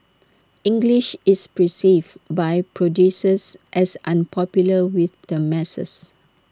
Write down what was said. English is perceived by producers as unpopular with the masses